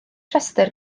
restr